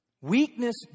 Weakness